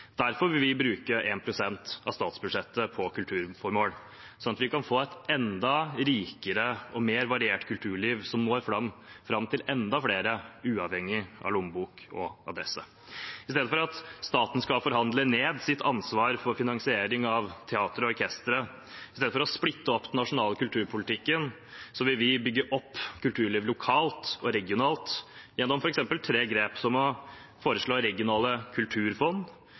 Derfor vil vi bruke 1 pst. av statsbudsjettet på kulturformål, sånn at vi kan få et enda rikere og mer variert kulturliv, som når fram til enda flere, uavhengig av lommebok og adresse. I stedet for at staten skal forhandle ned sitt ansvar for finansiering av teater og orkestre, i stedet for å splitte opp den nasjonale kulturpolitikken, vil vi bygge opp kulturliv lokalt og regionalt gjennom f.eks. tre grep, som å foreslå regionale kulturfond,